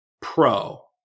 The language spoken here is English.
pro